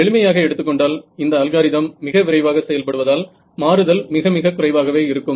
எளிமையாக எடுத்துக்கொண்டால் இந்த அல்காரிதம் மிக விரைவாக செயல்படுவதால் மாறுதல் மிக மிகக் குறைவாகவே இருக்கும்